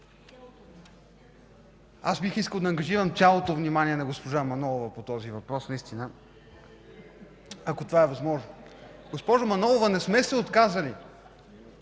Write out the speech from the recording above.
Аз бих искал да ангажирам цялото внимание на госпожа Манолова по този въпрос наистина. Ако това е възможно! (Оживление.) Госпожо Манолова, не сме се отказали.